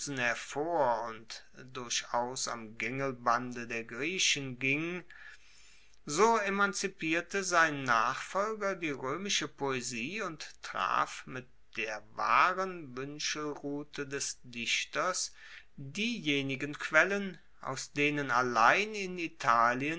hervor und durchaus am gaengelbande der griechen ging so emanzipierte sein nachfolger die roemische poesie und traf mit der wahren wuenschelrute des dichters diejenigen quellen aus denen allein in italien